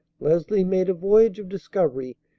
leslie made a voyage of discovery,